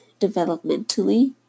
developmentally